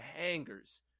hangers